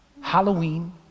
Halloween